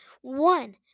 one